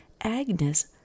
Agnes